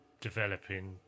developing